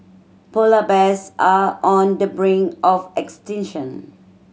polar bears are on the brink of extinction